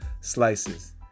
slices